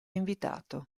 invitato